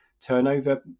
turnover